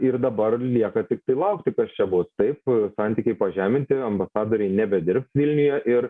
ir dabar lieka tiktai laukti kas čia bus taip santykiai pažeminti ambasadoriai nebedirbs vilniuje ir